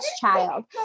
child